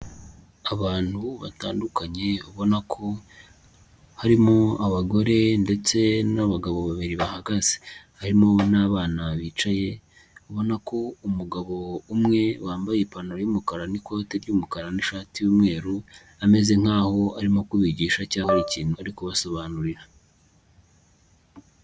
Abantu batandukanye, ubona ko harimo abagore ndetse n'abagabo babiri bahagaze, harimo n'abana bicaye, ubona ko umugabo umwe wambaye ipantaro y'umukara n'ikoti ry'umukara n'ishati y'umweru, ameze nkaho arimo kubigisha cyangwa hari ikintu ari kubasobanurira.